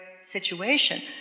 situation